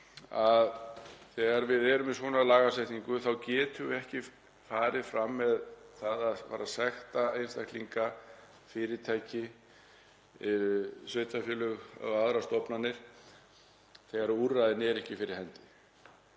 að þegar við erum með svona lagasetningu þá getum við ekki farið fram með það að sekta einstaklinga, fyrirtæki, sveitarfélög eða aðrar stofnanir þegar úrræðin eru ekki fyrir hendi.